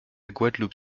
guadeloupe